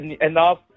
enough